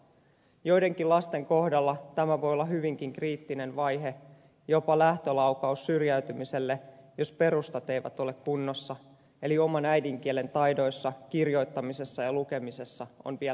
joidenkin lasten kohdalla tämä voi olla hyvinkin kriittinen vaihe jopa lähtölaukaus syrjäytymiselle jos perustat eivät ole kunnossa eli oman äidinkielen taidoissa kirjoittamisessa ja lukemisessa on pian